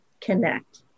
connect